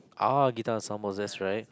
ah guitar ensemble that's right